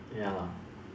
ya lah